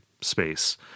space